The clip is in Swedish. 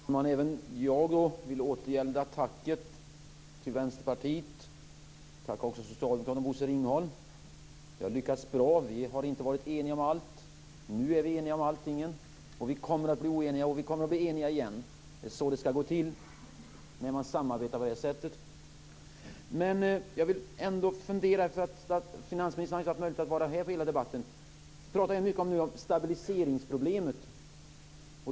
Fru talman! Jag vill återgälda tacket till Vänsterpartiet. Tack, Socialdemokraterna och Bosse Ringholm! Det har lyckats bra. Vi har inte varit eniga om allt. Nu är vi eniga om allt. Vi kommer att bli oeniga och eniga igen. Det är så det kommer att gå till när man samarbetar på det här sättet. Men jag vill ändå ta upp några funderingar. Finansministern har ju inte haft möjlighet att vara här under hela debatten. Vi pratar nu mycket om stabiliseringsproblemet.